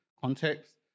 context